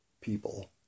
People